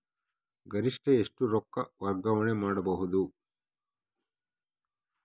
ಗರಿಷ್ಠ ಎಷ್ಟು ರೊಕ್ಕ ವರ್ಗಾವಣೆ ಮಾಡಬಹುದು?